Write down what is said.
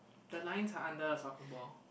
the line are under the soccer ball